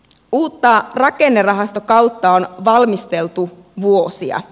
uutta rakennerahastokautta on valmisteltu vuosia